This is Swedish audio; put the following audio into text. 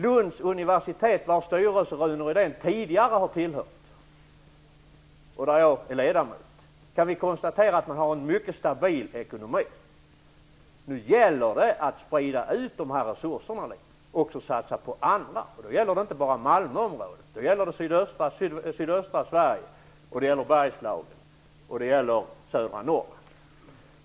Lunds universitet, vars styrelse Rune Rydén tidigare har tillhört och där jag är ledamot, har en mycket stabil ekonomi. Nu gäller det att sprida ut resurserna och också satsa på annat. Då gäller det inte bara Malmöområdet, utan det gäller sydöstra Sverige, Bergslagen och södra Norrland.